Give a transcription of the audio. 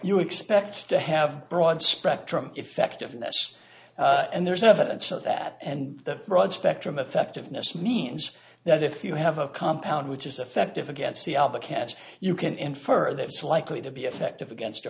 you expect to have broad spectrum effectiveness and there's no evidence of that and the broad spectrum affective ness means that if you have a compound which is effective against the alba catch you can infer that it's likely to be effective against